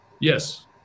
Yes